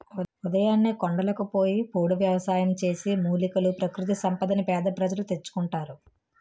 ఉదయాన్నే కొండలకు పోయి పోడు వ్యవసాయం చేసి, మూలికలు, ప్రకృతి సంపదని పేద ప్రజలు తెచ్చుకుంటారు